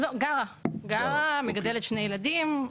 גרה, מגדלת שני ילדים.